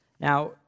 Now